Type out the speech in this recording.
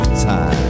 time